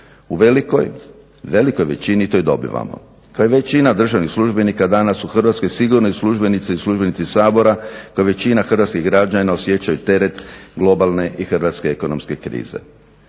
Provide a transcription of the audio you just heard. U velikoj većini to i dobivamo. Kao i većina državnih službenika danas u Hrvatskoj, sigurno i službenice i službenici Sabora kao i većina hrvatskih građana osjećaju teret globalne i hrvatske ekonomske krize.